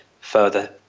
further